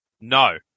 No